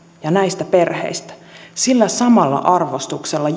ja näistä perheistä sillä samalla arvostuksella